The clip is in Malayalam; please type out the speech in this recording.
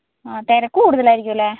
ആ തിരക്ക് കൂടുതലായിരിക്കും അല്ലേ